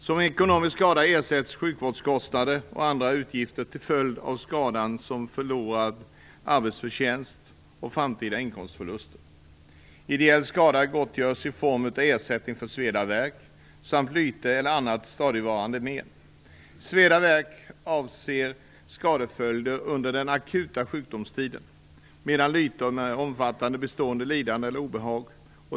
Som ekonomisk skada ersätts sjukvårdskostnader och andra utgifter till följd av skadan samt förlorad arbetsförtjänst och framtida inkomstförlust. Ideell skada gottgörs i form av ersättning för sveda och värk samt lyte eller annat stadigvarande men. Sveda och värk avser skadeföljder under den akuta sjukdomstiden, medan lyte och men omfattar bestående lidande eller obehag.